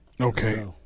Okay